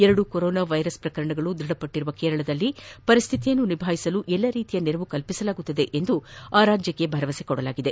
ಎರಡು corona virus ಪ್ರಕರಣಗಳು ದೃಢಪಟ್ಟರುವ ಕೇರಳದಲ್ಲಿ ಪರಿಸ್ಥಿತಿಯನ್ನು ನಿಭಾಯಿಸಲು ಎಲ್ಲ ರೀತಿಯ ನೆರವು ಕಲ್ಪಿಸಲಾಗುವುದೆಂದು ಆ ರಾಜ್ಯ ಸರ್ಕಾರಕ್ಕೆ ಭರವಸೆ ನೀಡಲಾಗಿದೆ